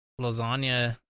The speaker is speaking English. lasagna